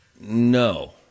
No